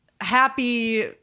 happy